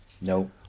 No